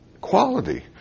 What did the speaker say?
quality